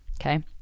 Okay